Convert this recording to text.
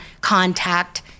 contact